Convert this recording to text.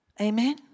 Amen